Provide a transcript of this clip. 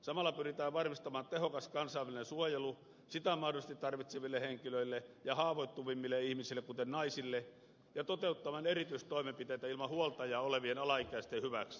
samalla pyritään varmistamaan tehokas kansainvälinen suojelu sitä mahdollisesti tarvitseville henkilöille ja haavoittuvimmille ihmisille kuten naisille ja toteuttamaan erityistoimenpiteitä ilman huoltajaa olevien alaikäisten hyväksi